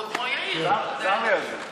לא כמו יאיר, אבל, צר לי על זה.